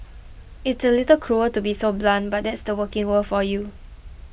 it's a little cruel to be so blunt but that's the working world for you